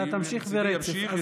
אתה תמשיך ברצף.